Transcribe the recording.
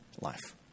life